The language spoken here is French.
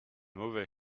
mauvais